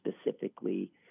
specifically